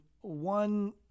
one